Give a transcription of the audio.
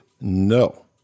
No